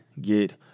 get